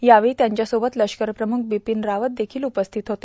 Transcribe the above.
यावेळी त्यांच्यासोबत लश्करप्रमुख बिपीन रावत देखिल उपस्थित होते